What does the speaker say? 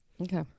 Okay